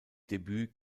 debüt